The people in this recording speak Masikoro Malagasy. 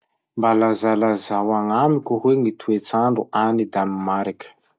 Mba lazalazao agnamiko hoe gny toetsandro agny Danmark?